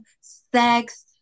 sex